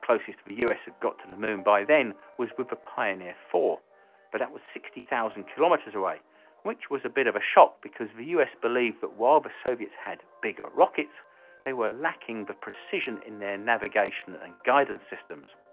closest to the us had got to the moon by then was with a pioneer for but that was sixty thousand kilometers away which was a bit of a shock because the u s. believed that while the soviets had bigger rockets they were lacking the precision in their navigation and guidance systems.